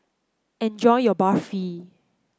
enjoy your Barfi